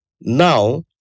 Now